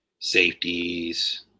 safeties